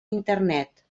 internet